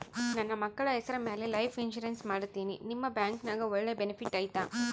ನನ್ನ ಮಕ್ಕಳ ಹೆಸರ ಮ್ಯಾಲೆ ಲೈಫ್ ಇನ್ಸೂರೆನ್ಸ್ ಮಾಡತೇನಿ ನಿಮ್ಮ ಬ್ಯಾಂಕಿನ್ಯಾಗ ಒಳ್ಳೆ ಬೆನಿಫಿಟ್ ಐತಾ?